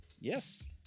yes